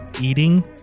eating